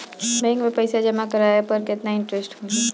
Bank में पईसा जमा करवाये पर केतना इन्टरेस्ट मिली?